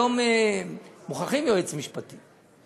היום מוכרחים יועץ משפטי.